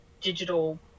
digital